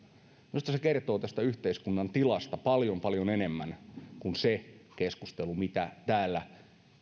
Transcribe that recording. minusta se kertoo tästä yhteiskunnan tilasta paljon paljon enemmän kuin se keskustelu mitä täällä